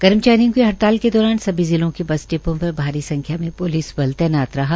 कर्मचारियों की हड़ताल के दौरान सभी जिलों के बस डिपों पर भारी संख्या में प्लिस बल तैनात रहा